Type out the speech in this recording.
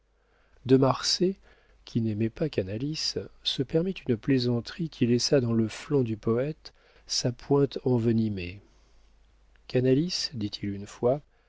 de marsay qui n'aimait pas canalis se permit une plaisanterie qui laissa dans le flanc du poëte sa pointe envenimée canalis dit-il une fois